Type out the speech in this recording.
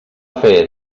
fer